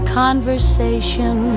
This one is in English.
conversation